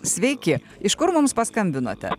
sveiki iš kur mums paskambinote